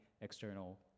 external